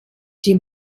die